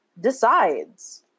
decides